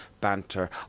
banter